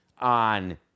on